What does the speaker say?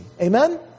Amen